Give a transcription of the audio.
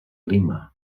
lima